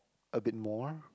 a bit more